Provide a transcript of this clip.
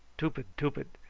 tupid tupid.